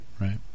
Right